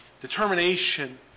determination